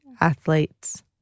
athletes